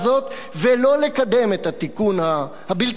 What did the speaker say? ולא לקדם את התיקון הבלתי-אפשרי הזה,